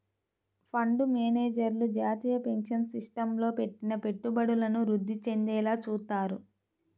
fund మేనేజర్లు జాతీయ pension సిస్టమ్లో పెట్టిన పెట్టుబడులను వృద్ధి చెందేలా చూత్తారు